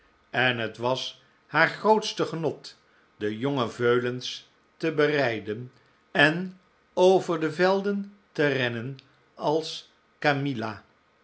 en het was haar grootste genot de jonge veulens te berijden en over de velden te rennen als camilla